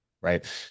right